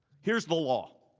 here is the law.